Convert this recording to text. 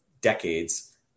decades